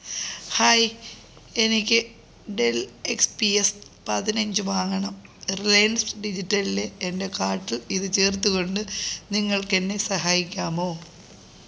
hi എനിക്ക് Dell X P S പതിനഞ്ച് വാങ്ങണം റിലയൻസ് ഡിജിറ്റലിലെ എൻ്റെ കാർട്ടിൽ ഇത് ചേർത്തുകൊണ്ട് നിങ്ങൾക്ക് എന്നെ സഹായിക്കാമോ